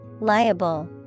Liable